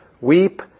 Weep